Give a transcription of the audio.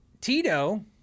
Tito